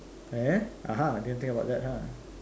eh ah ha didn't think about that !huh!